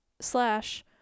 slash